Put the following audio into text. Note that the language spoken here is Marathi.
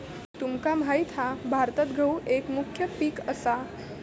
तुमका माहित हा भारतात गहु एक मुख्य पीक असा